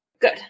Good